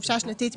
חופשה שנתית,